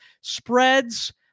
spreads